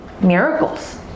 miracles